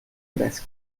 fresc